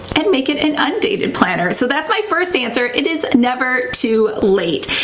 and make it an undated planner so that's my first answer. it is never too late.